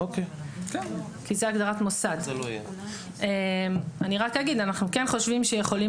אני רק אומר שאנחנו כן חושבים שיכולים